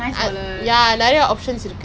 everything also need காசு:kaasu lah !aiyo!